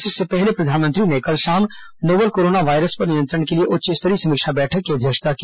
इससे पहले प्रधानमंत्री ने कल शाम नोवल कोरोना वायरस पर नियंत्रण के लिए उच्च स्तरीय समीक्षा बैठक की अध्यक्षता की